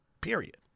period